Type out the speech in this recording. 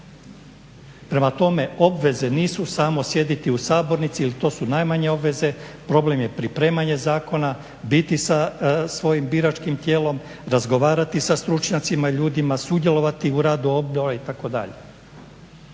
Prema tome, obveze nisu samo sjediti u sabornici ili to su najmanje obveze, problem je pripremanje zakona, biti sa svojim biračkim tijelom, razgovarati sa stručnjacima i ljudima, sudjelovati u radu odbora itd. Ovdje